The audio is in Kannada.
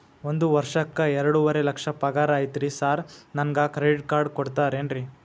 ಒಂದ್ ವರ್ಷಕ್ಕ ಎರಡುವರಿ ಲಕ್ಷ ಪಗಾರ ಐತ್ರಿ ಸಾರ್ ನನ್ಗ ಕ್ರೆಡಿಟ್ ಕಾರ್ಡ್ ಕೊಡ್ತೇರೆನ್ರಿ?